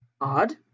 Odd